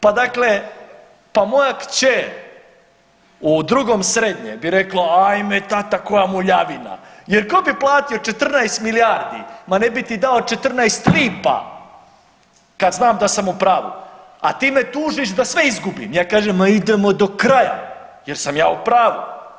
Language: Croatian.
Pa dakle, pa moja kćer u drugom srednje bi rekla, ajme tata koja muljavina, jer tko bi platitio 14 milijardi, ma ne bi ti dao 14 lipa kad znam da sam u pravu, a ti me tužiš da sve izgubim, ja kažem ma idemo do kraja jer sam ja u pravu.